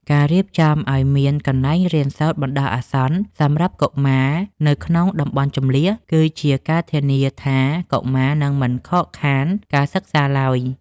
ការរៀបចំឱ្យមានកន្លែងរៀនសូត្របណ្តោះអាសន្នសម្រាប់កុមារនៅក្នុងតំបន់ជម្លៀស គឺជាការធានាថាកុមារនឹងមិនខកខានការសិក្សាឡើយ។